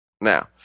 Now